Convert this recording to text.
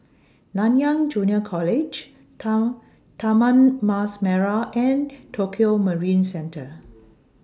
Nanyang Junior College Tao Taman Mas Merah and Tokio Marine Centre